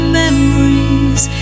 memories